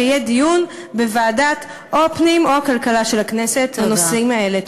שיהיה דיון בוועדת הפנים או הכלכלה של הכנסת בנושאים האלה.